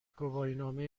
گواهینامه